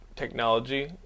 Technology